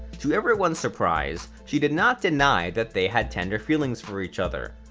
to everyone's surprise, she did not deny that they had tender feelings for each other.